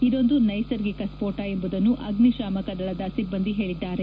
ಇದೊಂದು ನೈಸರ್ಗಿಕ ಸ್ಫೋಟ ಎಂಬುದನ್ನು ಅಗ್ನಿಶಾಮಕ ದಳದ ಸಿಬ್ಬಂದಿ ಹೇಳಿದ್ದಾರೆ